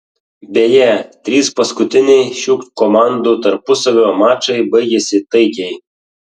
beje trys paskutiniai šių komandų tarpusavio mačai baigėsi taikiai